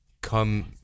come